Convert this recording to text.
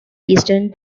eastern